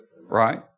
right